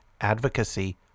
advocacy